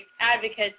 advocates